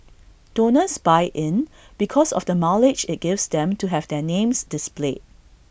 donors buy in because of the mileage IT gives them to have their names displayed